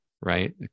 right